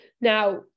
Now